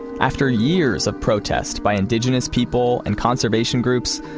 after years of protest by indigenous people and conservation groups,